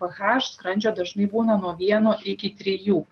ph skrandžio dažnai būna nuo vieno iki trijų